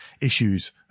issues